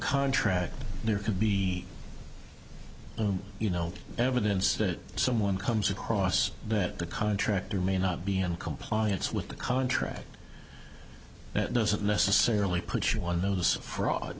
contract there could be you know evidence that someone comes across that the contractor may not be in compliance with the contract that doesn't necessarily put you on those fraud